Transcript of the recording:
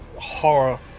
horror